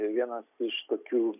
vienas iš tokių